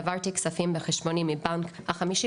העברתי כספים מחשבוני בבנק החמישי